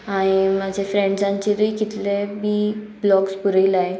हांयेन म्हाजे फ्रेंड्सांचेरूय कितले बी ब्लॉग्स बुरयलाय